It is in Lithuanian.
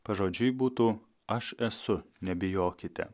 pažodžiui būtų aš esu nebijokite